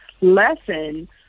lesson